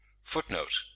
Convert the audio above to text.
Footnote